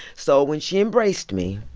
so when she embraced me,